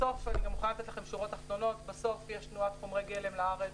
בסוף יש תנועת חומרי גלם לארץ,